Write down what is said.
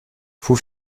fou